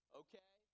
okay